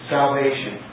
Salvation